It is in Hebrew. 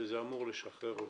וזה אמור לשחרר אותם.